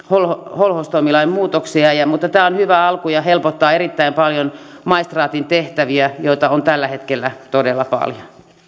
holhoustoimilain muutoksia mutta tämä on hyvä alku ja helpottaa erittäin paljon maistraatin tehtäviä joita on tällä hetkellä todella paljon